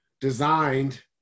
designed